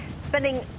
spending